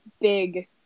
big